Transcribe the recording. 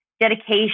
dedication